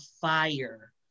fire